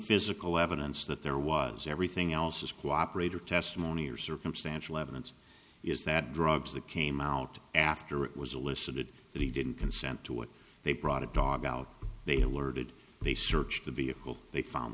physical evidence that there was everything else was cooperate or testimony or circumstantial evidence is that drugs that came out after it was elicited that he didn't consent to it they brought a dog out they alerted they searched the vehicle they found